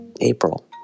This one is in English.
April